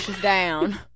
down